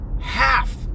Half